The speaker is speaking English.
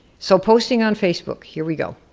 so posting on facebook, here we go.